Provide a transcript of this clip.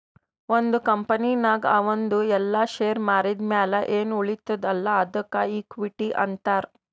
ಒಂದ್ ಕಂಪನಿನಾಗ್ ಅವಂದು ಎಲ್ಲಾ ಶೇರ್ ಮಾರಿದ್ ಮ್ಯಾಲ ಎನ್ ಉಳಿತ್ತುದ್ ಅಲ್ಲಾ ಅದ್ದುಕ ಇಕ್ವಿಟಿ ಅಂತಾರ್